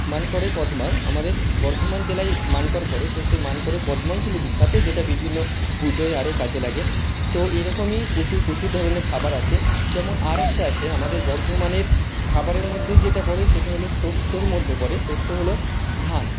মানকরে কদমা আমাদের বর্ধমান জেলায় মানকর পড়ে তো সেই মানকরে কদমাও কিন্তু বিখ্যাত যেটা বিভিন্ন পুজোয় আরে কাজে লাগে তো এরকমই প্রচুর প্রচুর ধরনের খাবার আছে যেমন আরেকটা আছে আমাদের বর্ধমানের খাবারের মধ্যেই যেটা পড়ে সেটা হলো শস্যর মধ্যে পড়ে শস্য হল ধান